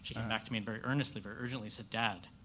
back to me and very earnestly, very urgently said, dad,